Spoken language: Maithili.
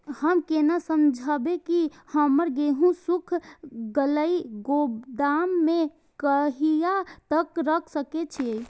हम केना समझबे की हमर गेहूं सुख गले गोदाम में कहिया तक रख सके छिये?